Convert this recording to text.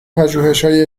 پژوهشهای